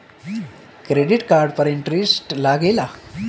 Credit card पर इंटरेस्ट लागेला?